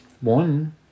one